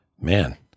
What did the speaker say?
man